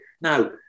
Now